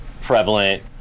prevalent